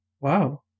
Wow